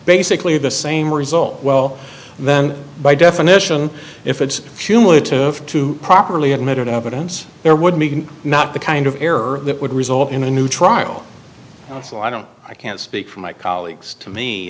basically the same result well then by definition if it's tough to properly admitted evidence there would be not the kind of error that would result in a new trial so i don't i can't speak for my colleagues to